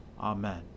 Amen